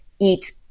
eat